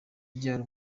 ryari